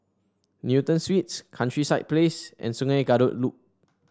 Newton Suites Countryside Place and Sungei Kadut Loop